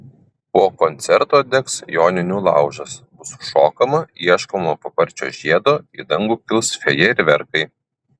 po koncerto degs joninių laužas bus šokama ieškoma paparčio žiedo į dangų kils fejerverkai